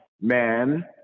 Man